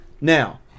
now